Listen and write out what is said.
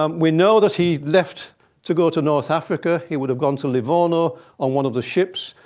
um we know that he left to go to north africa. he would have gone to livorno on one of the ships.